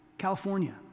California